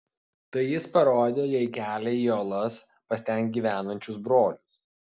tai jis parodė jai kelią į uolas pas ten gyvenančius brolius